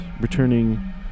returning